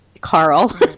Carl